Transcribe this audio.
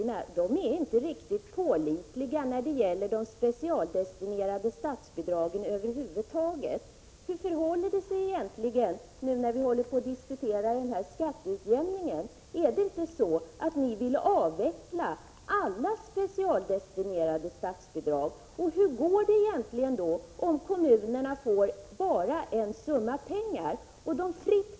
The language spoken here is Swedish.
Men det gör inte utskottet utan ansluter sig till budgetpropositionens linje och har ingen erinran mot att kommunerna och landstingen debiteras kostnaden. Vpk anser att staten måste betala, för att verkligen ge de garantier som utskottet menar skall gälla.